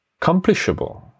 accomplishable